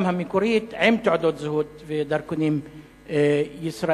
המקורי עם תעודות זהות ודרכונים ישראליים.